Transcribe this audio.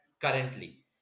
currently